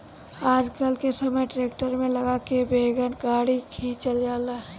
आजकल के समय ट्रैक्टर में लगा के वैगन गाड़ी खिंचल जाता